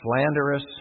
slanderous